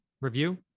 review